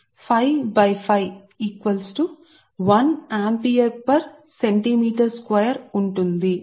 కాబట్టి ప్రస్తుత సాంద్రత 55 1 ఆంపియర్ చదరపు సెంటీమీటర్ ఉంటుంది